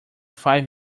five